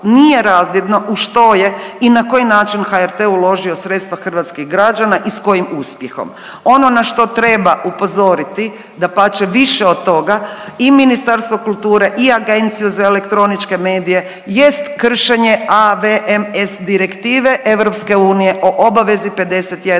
nije razvidno u što je i na koji način HRT uložio sredstva hrvatskih građana i sa kojim uspjehom. Ono na što treba upozoriti, dapače više od toga i Ministarstvo kulture i Agenciju za elektroničke medije jest kršenje AVMS Direktive Europske unije o obavezi 51%